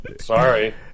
Sorry